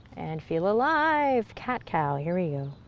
and feel alive. cat cow, here we go.